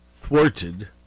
thwarted